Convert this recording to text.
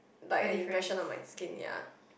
like an impression on my skin ya